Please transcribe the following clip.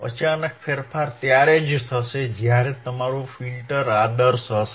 અચાનક ફેરફાર ત્યારે જ થશે જ્યારે તમારું ફિલ્ટર આદર્શ હશે